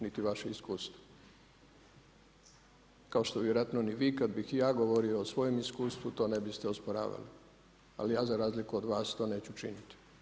Niti vaše iskustvo, kao što vjerojatno ni vi kad bih ja govorio o svojem iskustvu, to ne biste osporavali, ali ja za razliku od vas to neću učiniti.